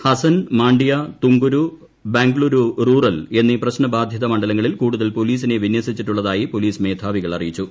Hasan Mandya Tumakuru Bengaluru rural എന്നീ പ്രശ്നബാധിത മണ്ഡലങ്ങളിൽ കൂടുതൽ പൊലസിനെ വിന്യസിച്ചിട്ടുള്ളതായി പൊലീസ് മേധാവികൾ അറിയിച്ചു